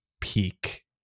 peak